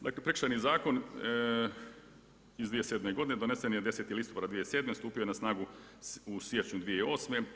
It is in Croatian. Dakle, Prekršajni zakon iz 2007. godine donesen je 10. listopada 2007., stupio je na snagu u siječnju 2008.